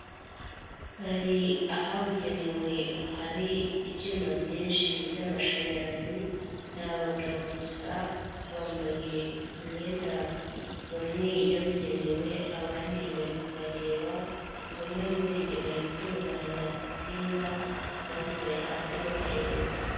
Bari ahabugenewe ahari ibyuma byinshi by'amashanyarazi, ni abagabo gusa bambaye imyenda bamwe yabugenewe abandi bari kubareba, bamwe buriye bari gutunganya insinga, abandi bari hasi babahereza.